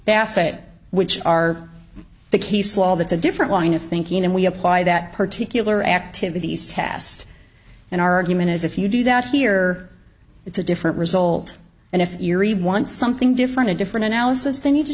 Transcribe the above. passe which are the case law that's a different line of thinking and we apply that particular activities test and argument as if you do that here it's a different result and if erie wants something different a different analysis they need to